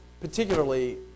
particularly